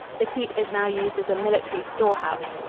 the keep is now used as a military storehouse.